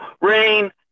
rain